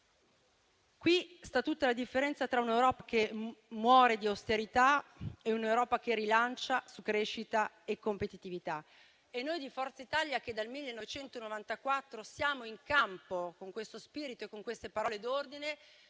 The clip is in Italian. Qui sta tutta la differenza tra un'Europa che muore di austerità e un'Europa che rilancia su crescita e competitività. Noi di Forza Italia, che dal 1994 siamo in campo con questo spirito e con queste parole d'ordine,